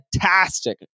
fantastic